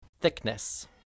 Thickness